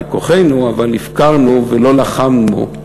על-כורחנו, אבל הפקרנו, ולא לחמנו.